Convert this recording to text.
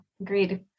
agreed